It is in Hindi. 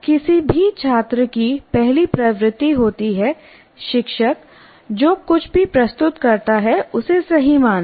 किसी भी छात्र की पहली प्रवृत्ति होती है कि शिक्षक जो कुछ भी प्रस्तुत करता है उसे सही मान ले